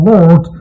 Lord